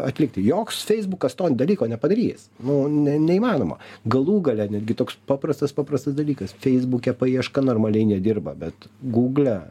atlikti joks feisbukas to dalyko nepadarys nu ne neįmanoma galų gale netgi toks paprastas paprastas dalykas feisbuke paieška normaliai nedirba bet gugle